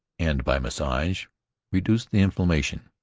and by massage reduced the inflammation,